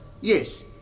Yes